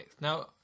Now